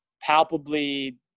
palpably